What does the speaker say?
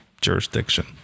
jurisdiction